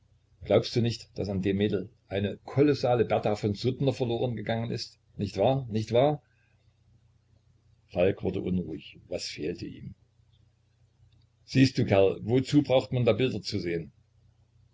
glaubst du nicht daß an dem mädel eine kolossale bertha von suttner verloren gegangen ist nicht wahr nicht wahr falk wurde unruhig was fehlte ihm siehst du kerl wozu braucht man da bilder zu sehen